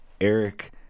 Eric